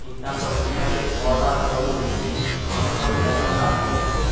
কীটনাশক ইত্যাদি অর্ডার করলে কি কোনোভাবে টাকার সাশ্রয় হবে?